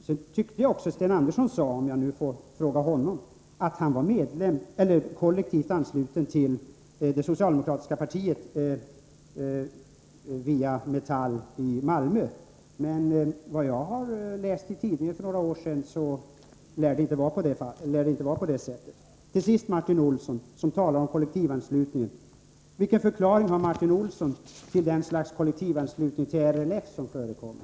Sedan tyckte jag också att Sten Andersson sade — om jag nu i stället får fråga honom -— att han var kollektivt ansluten till det socialdemokratiska partiet via Metall i Malmö. Men efter vad jag har läst i pressen för några år sedan lär det inte vara på det sättet. Till sist vill jag vända mig till Martin Olsson, som talar om kollektivanslutningen. Vilken förklaring har Martin Olsson till det slags kollektivanslutning till LRF som förekommer?